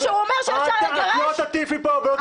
ושהוא אומר שאפשר לגרש- -- אל תטיפי פה ואל תתפרעי בצורה כזאת.